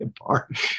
apart